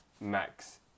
Max